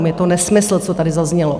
Je to nesmysl, co tady zaznělo.